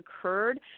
occurred